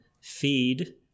feed